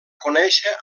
conèixer